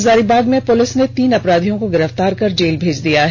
Hazaribagh police ने तीन अपराधियों को गिरफ्तार कर जेल भेज दिया है